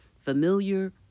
Familiar